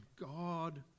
God